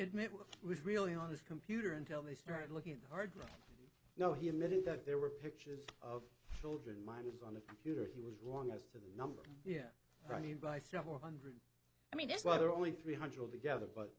what was really on his computer until they started looking at the hard rock no he admitted that there were pictures of children mines on the computer he was wrong as to the number here running by several hundred i mean that's why there are only three hundred together but